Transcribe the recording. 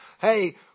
Hey